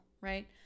right